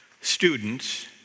students